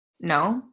No